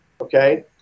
Okay